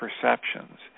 perceptions